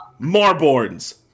marborn's